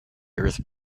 earth